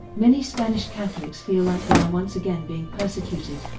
many spanish catholics feel like they are once again being persecuted,